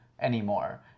anymore